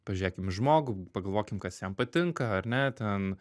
pažiūrėkim į žmogų pagalvokim kas jam patinka ar ne ten